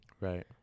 Right